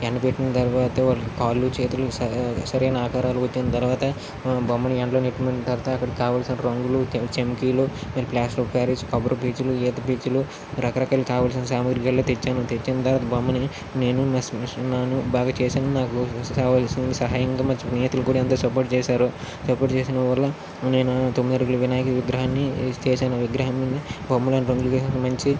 ఎండబెట్టిన తర్వాత వాటికి కాళ్లు చేతులు సరైన ఆకారాలు వచ్చిన తర్వాత బొమ్మని ఎండలో పెట్టిన తర్వాత అక్కడికి కావలసిన రంగులు చంకీలు ప్లాస్టో క్యారేజ్ కవర్ పీచులు ఈత పీచులు రకరకాల కావలసిన సామాగ్రిలల్లా తెచ్చాను తెచ్చిన తర్వాత బొమ్మని నేను ఉన్నాను బాగా చేశాను నాకు కావాల్సినంత సహాయంగా మంచి మా స్నేహితులు కూడా ఎంతో సపోర్ట్ చేశారు సపోర్ట్ చేసిన వల్ల నేను తొమ్మిది అడుగుల వినాయకుని విగ్రహాన్ని చేసాను విగ్రహం ముందు బొమ్మలు బొమ్మలు గీశాను మంచి